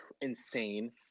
insane